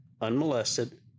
unmolested